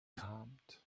calmed